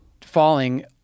falling